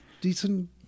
decent